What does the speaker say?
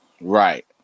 Right